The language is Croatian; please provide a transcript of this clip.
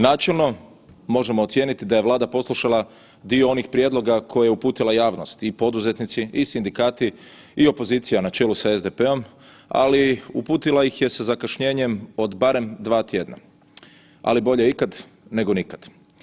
Načelno, možemo ocijeniti da je Vlada poslušala dio onih prijedloga koje je uputila javnost i poduzetnici i sindikati i opozicija na čelu sa SDP-om, ali uputila ih je sa zakašnjenjem od barem 2 tjedna, ali bolje ikad nego nikad.